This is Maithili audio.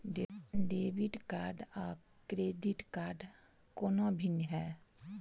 डेबिट कार्ड आ क्रेडिट कोना भिन्न है?